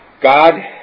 God